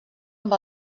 amb